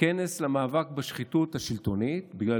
כנס למאבק בשחיתות השלטונית, בגלל